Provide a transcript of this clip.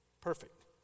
perfect